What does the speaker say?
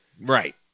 Right